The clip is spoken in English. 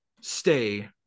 stay